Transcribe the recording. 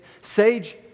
sage